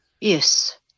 Yes